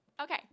Okay